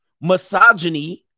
Misogyny